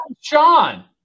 Sean